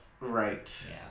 Right